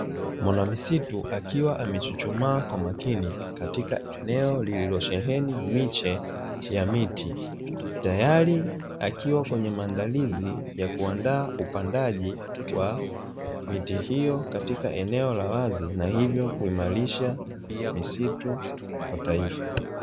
Mwanamisitu akiwa amechuchumaa kwa makini, katika eneo lililosheheni miche ya miti ,tayari akiwa kwenye maandalizi ya kuandaa upandaji wa miti hiyo katika eneo la wazi, na hivyo kuimarisha misitu kwa taifa.